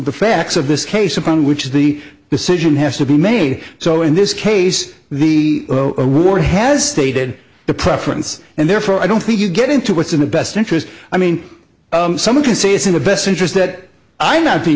the facts of this case upon which the decision has to be made so in this case the award has stated the preference and therefore i don't think you get into what's in the best interest i mean someone can see this in the best interest that i not be